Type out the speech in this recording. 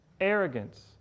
Arrogance